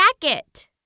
Jacket